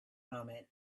moment